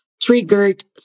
triggered